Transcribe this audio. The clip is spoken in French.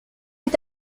est